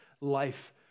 life